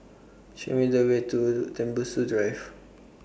Show Me The Way to Tembusu Drive